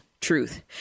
Truth